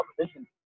position